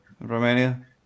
Romania